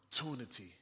opportunity